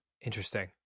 Interesting